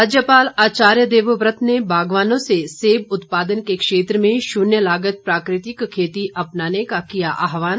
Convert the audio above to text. राज्यपाल आचार्य देवव्रत ने बागवानों से सेब उत्पादन के क्षेत्र में शून्य लागत प्राकृतिक खेती अपनाने का किया आहवान